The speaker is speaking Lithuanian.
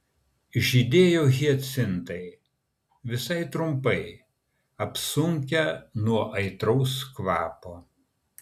žydėjo hiacintai visai trumpai apsunkę nuo aitraus kvapo